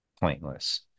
pointless